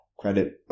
credit